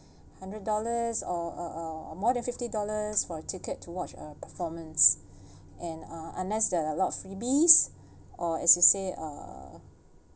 hundred dollars or uh uh more than fifty dollars for a ticket to watch a performance and uh unless there are a lot of freebies or as you say uh